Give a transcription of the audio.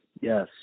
Yes